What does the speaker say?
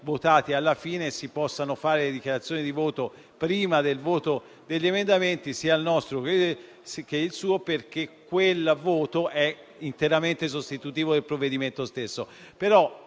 alla fine e che si possano fare le dichiarazioni di voto prima del voto degli emendamenti, sia il nostro che quello del relatore, perché quel voto è interamente sostitutivo del provvedimento stesso.